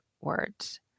words